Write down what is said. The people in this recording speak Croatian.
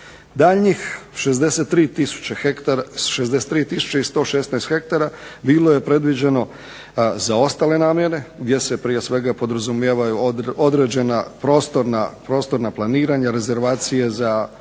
Daljnjih 63 tisuće i 116 hektara bilo je predviđeno za ostale namjene, gdje se prije svega podrazumijevaju određena prostorna planiranja, rezervacije za projekte